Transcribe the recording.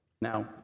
Now